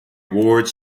awards